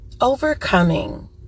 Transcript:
overcoming